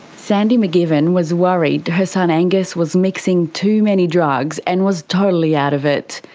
sandy mcgivern was worried her son angus was mixing too many drugs and was totally out of it.